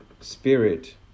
spirit